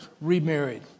remarried